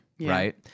right